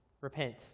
repent